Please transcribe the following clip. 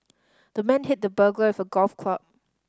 the man hit the burglar with golf club